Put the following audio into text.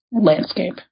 landscape